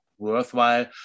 Worthwhile